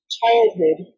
childhood